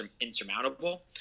insurmountable